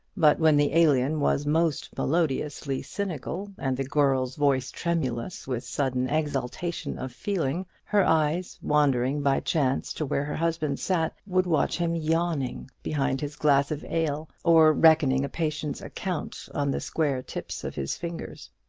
but when the alien was most melodiously cynical, and the girl's voice tremulous with sudden exaltation of feeling, her eyes, wandering by chance to where her husband sat, would watch him yawning behind his glass of ale, or reckoning a patient's account on the square tips of his fingers.